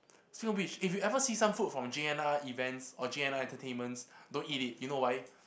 if you ever some food from J_N_R events or J_N_R entertainments don't eat it you know why